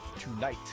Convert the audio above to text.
Tonight